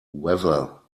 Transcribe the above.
weather